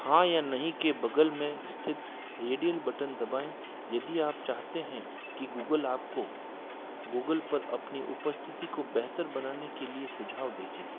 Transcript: हाँ या नहीं के बगल में स्थित रेडियल बटन दबाएँ यदि आप चाहते हैं कि गूगल आपको गूगल पर अपनी उपस्थिति को बेहतर बनाने के लिए सुझाव भेजे